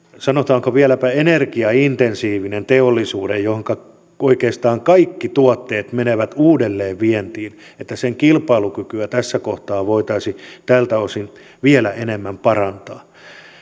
sanotaanko vieläpä energiaintensiivisen teollisuuden jonka oikeastaan kaikki tuotteet menevät uudelleen vientiin kilpailukykyä tässä kohtaa voitaisiin tältä osin vielä enemmän parantaa